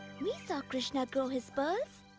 we saw krishna grow his pearls.